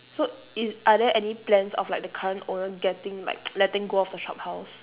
so if are there any plans of like the current owner getting like letting go of the shophouse